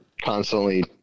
constantly